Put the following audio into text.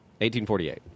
1848